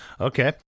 okay